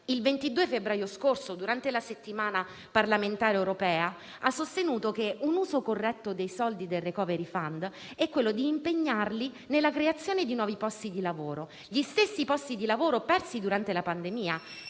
il 22 febbraio scorso, durante la settimana parlamentare europea, ha sostenuto che un uso corretto dei soldi del *recovery fund* è quello di impegnarli nella creazione di nuovi posti di lavoro, gli stessi posti di lavoro persi durante la pandemia,